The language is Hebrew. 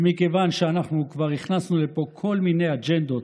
ומכיוון שאנחנו כבר הכנסנו לפה כל מיני אג'נדות,